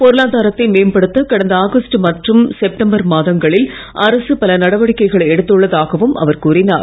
பொருளாதாரத்தை மேம்படுத்த கடந்த ஆகஸ்டு மற்றும் செப்டம்பர் மாதங்களில் அரசு பல நடவடிக்கைகளை எடுத்துள்ளதாகவும் அவர் கூறினார்